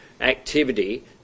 activity